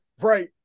Right